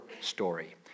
story